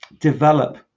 develop